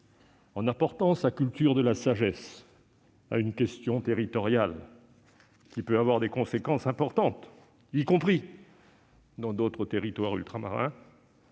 en employant sa culture de la sagesse à résoudre une question territoriale qui peut avoir des conséquences importantes, y compris dans d'autres territoires ultramarins,